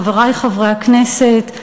חברי חברי הכנסת,